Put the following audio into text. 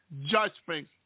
judgment